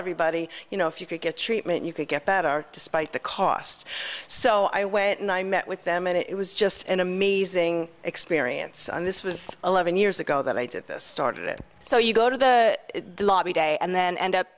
everybody you know if you could get treatment you could get better despite the cost so i went and i met with them and it was just an amazing experience and this was eleven years ago that i did this started so you go to the lobby day and then end up